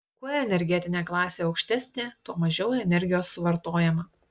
kuo energetinė klasė aukštesnė tuo mažiau energijos suvartojama